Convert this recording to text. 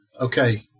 Okay